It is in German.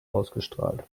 ausgestrahlt